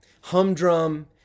humdrum